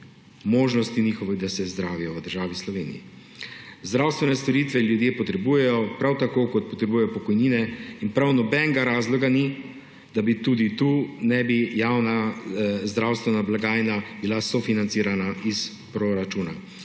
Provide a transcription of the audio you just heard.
možnosti, da se zdravijo v državi Sloveniji? Zdravstvene storitve ljudje potrebujejo prav tako, kot potrebujejo pokojnine; in prav nobenega razloga ni, da tudi tukaj ne bi bila javna zdravstvena blagajna sofinancirana iz proračuna.